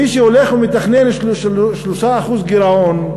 מי שהולך ומתכנן 3% גירעון,